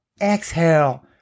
exhale